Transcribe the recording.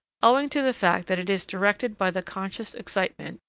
owing to the fact that it is directed by the conscious excitement,